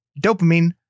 dopamine